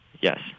Yes